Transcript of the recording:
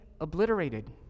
obliterated